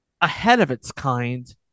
ahead-of-its-kind